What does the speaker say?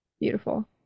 beautiful